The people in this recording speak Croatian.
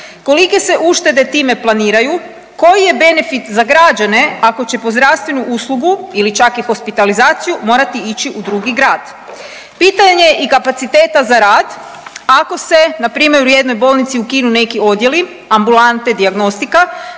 kolike se uštede time planiraju, koji je benefit za građane ako će po zdravstvenu uslugu ili čak i hospitalizaciju morati ići u drugi grad. Pitanje je i kapaciteta za rad ako se npr. u jednoj bolnici ukinu neki odjeli, ambulante, dijagnostika,